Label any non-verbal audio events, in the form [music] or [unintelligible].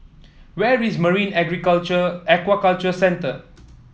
where is Marine [unintelligible] Aquaculture Centre